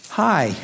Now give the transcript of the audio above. hi